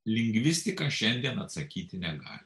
lingvistika šiandien atsakyti negali